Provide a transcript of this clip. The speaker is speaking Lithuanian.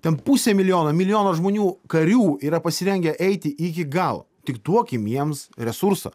ten pusė milijono milijonas žmonių karių yra pasirengę eiti iki galo tik duokim jiems resursą